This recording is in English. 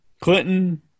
Clinton